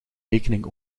rekening